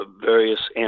various